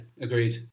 agreed